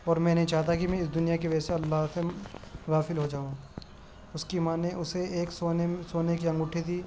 اور میں نہیں چاہتا کہ میں اس دنیا کی وجہ سے اللہ سے غافل ہو جاؤں اس کی ماں نے اسے ایک سونے سونے کی انگوٹھی دی